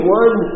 one